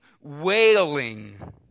wailing